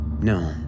No